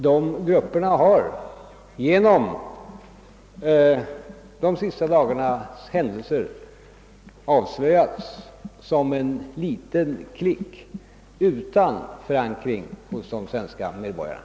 De grupperna har genom de senaste dagarnas. händelser avslöjats som en liten klick utan förankring hos de svenska medborgarna.